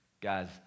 Guys